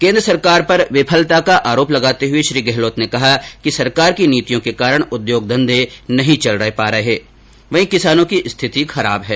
केंद्र सरकार पर विफलता का आरोप लगाते हुए श्री गहलोत ने कहा कि सरकार की नीतियों के कारण उद्योग धंधे नहीं चल पा रहे हैं वहीं किसानों की स्थिति खराब है